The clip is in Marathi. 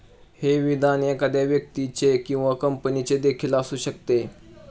हे विधान एखाद्या व्यक्तीचे किंवा कंपनीचे देखील असू शकते